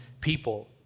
people